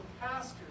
pastor